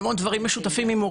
הרבה מאוד דברים משותפים עם הורים,